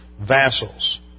vassals